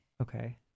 Okay